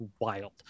wild